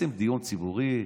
עושים דיון ציבורי,